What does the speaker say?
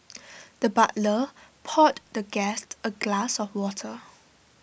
the butler poured the guest A glass of water